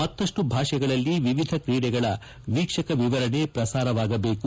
ಮತ್ತಪ್ಪು ಭಾಷೆಗಳಲ್ಲಿ ವಿವಿಧ ಕ್ರೀಡೆಗಳ ವೀಕ್ಷಕ ವಿವರಣೆ ಪ್ರಸಾರವಾಗಬೇಕು